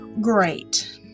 Great